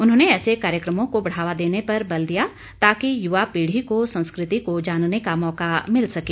उन्होंने ऐसे कार्यक्रमों को बढ़ावा देने पर बल दिया ताकि युवा पीढ़ी को संस्कृति को जानने का मौका मिल सके